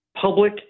public